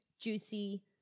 juicy